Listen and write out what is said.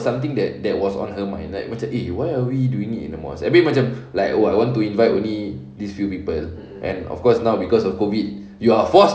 something that that was on her mind like macam eh why are we doing it in the mosque abeh macam like oh I want to invite only these few people and of course now because of COVID you are forced